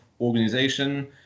organization